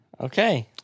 Okay